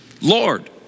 Lord